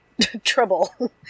trouble